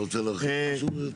אתה רוצה להרחיב במשהו?